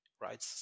right